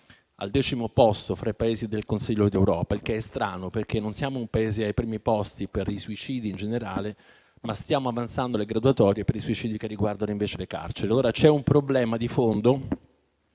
al decimo posto fra i Paesi del Consiglio d'Europa. Questo è strano perché non siamo un Paese ai primi posti per i suicidi in generale, ma stiamo avanzando nelle graduatorie per i suicidi nell'ambito delle carceri. C'è un problema di fondo